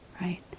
right